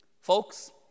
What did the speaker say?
Folks